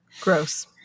Gross